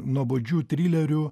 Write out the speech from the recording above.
nuobodžių trilerių